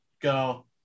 go